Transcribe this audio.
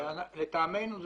לטעמנו,